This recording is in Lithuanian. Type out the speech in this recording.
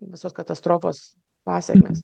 visos katastrofos pasekmės